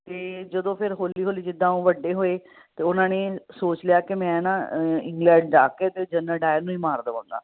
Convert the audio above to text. ਅਤੇ ਜਦੋਂ ਫਿਰ ਹੌਲੀ ਹੌਲੀ ਜਿੱਦਾਂ ਉਹ ਵੱਡੇ ਹੋਏ ਅਤੇ ਉਹਨਾਂ ਨੇ ਸੋਚ ਲਿਆ ਕਿ ਮੈਂ ਨਾ ਅ ਇੰਗਲੈਂਡ ਜਾ ਕੇ ਅਤੇ ਜਨਰਲ ਡਾਇਰ ਨੂੰ ਹੀ ਮਾਰ ਦੇਵਾਂਗਾ